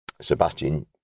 Sebastian